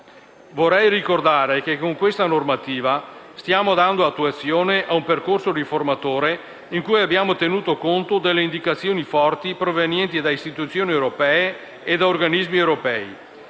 Vorrei ricordare che con questa normativa stiamo dando attuazione a un percorso riformatore in cui abbiamo tenuto conto delle forti indicazioni provenienti da istituzioni e organismi europei.